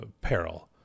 peril